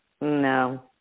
no